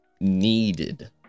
needed